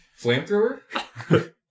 Flamethrower